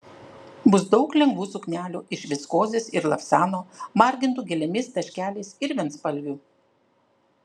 bus daug lengvų suknelių iš viskozės ir lavsano margintų gėlėmis taškeliais ir vienspalvių